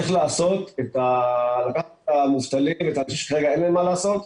צריך לקחת את המובטלים שכרגע אין להם מה לעשות,